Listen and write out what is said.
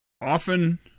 often